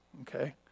Okay